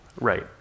right